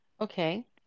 Okay